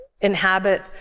inhabit